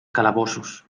calabossos